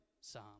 psalm